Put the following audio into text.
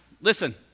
Listen